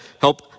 help